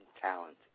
talent